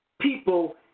people